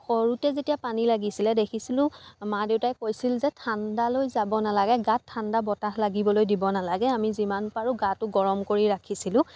সৰুতে যেতিয়া পানী লাগিছিলে দেখিছিলোঁ মা দেউতাই কৈছিল যে ঠাণ্ডালৈ যাব নালাগে গাত ঠাণ্ডা বতাহ লাগিবলৈ দিব নালাগে আমি যিমান পাৰোঁ গাটো গৰম কৰি ৰাখিছিলোঁ